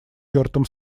тёртым